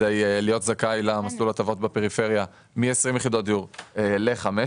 כדי להיות זכאי למסלול ההטבות בפריפריה: מכ-20 יחידות דיור לכ-15.